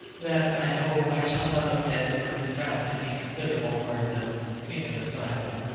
that, i hope, i shall not omit or confound any considerable part of them in the recital.